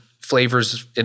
flavors